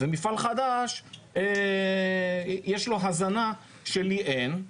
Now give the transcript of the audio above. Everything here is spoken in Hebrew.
כשלמפעל החדש יש הזנה שלי אין.